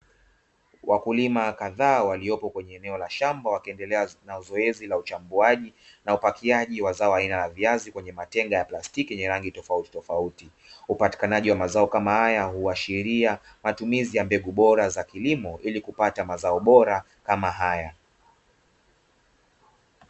Wakulima kadhaa waliopo kwenye eneo la shamba wakiendelea na zoezi la uchambuaji na upakiaji wa zao aina la viazi kwenye matenga ya plastiki yenye rangi tofauti tofauti, upatikanaji wa mazao kama haya huashiria matumizi ya mbegu bora za kilimo ili kupata mazao bora kama haya.